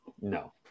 no